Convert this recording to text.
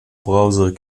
browser